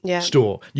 store